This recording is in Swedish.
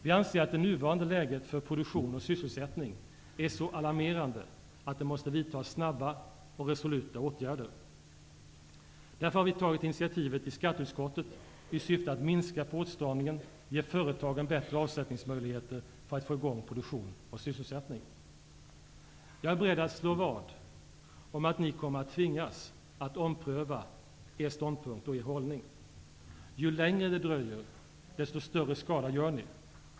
Vi anser att det nuvarande läget för produktion och sysselsättning är så alarmerande att det måste vidtas snabba och resoluta åtgärder. Därför har vi tagit initiativ i skatteutskottet i syfte att minska på åtstramningen och ge företagen bättre avsättningsmöjligheter för att få i gång produktion och sysselsättning. Jag är beredd att slå vad om att ni kommer att tvingas att ompröva er ståndpunkt och er hållning. Ju längre det dröjer, desto större skada gör ni.